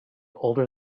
older